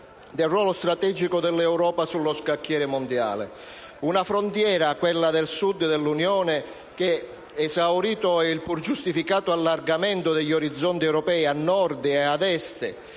del ruolo strategico dell'Europa sullo scacchiere mondiale. È una frontiera, quella del Sud dell'Unione che, esaurito il pur giustificato allargamento degli orizzonti europei a Nord e ad Est,